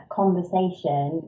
conversation